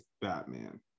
Batman